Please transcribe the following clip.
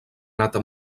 nata